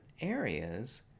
areas